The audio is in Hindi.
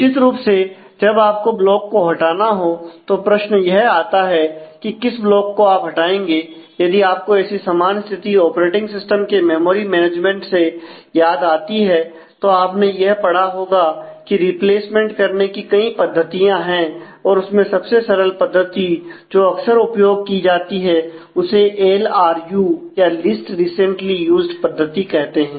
निश्चित रूप से जब आपको ब्लॉक को हटाना हो तो प्रश्न यह आता है कि किस ब्लॉक को आप हटाएंगे यदि आपको ऐसी समान स्थिति ऑपरेटिंग सिस्टम के मेमोरी मैनेजमेंट से याद आती है तो आप ने यह पढ़ा होगा कि रिप्लेसमेंट पद्धति कहते हैं